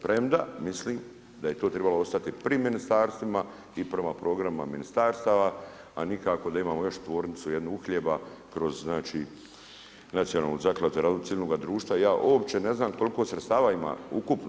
Premda mislim da je to trebalo ostati pri ministarstvima i prema programima ministarstva, a nikako da imamo još tvornicu jednu uhljeba kroz Nacionalnu zakladu za razvoj civilnoga društva i ja uopće ne znam koliko sredstava ima ukupno.